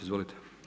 Izvolite.